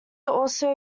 also